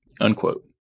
unquote